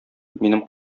минем